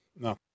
No